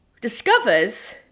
discovers